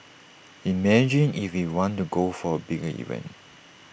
imagine if we want to go for A bigger event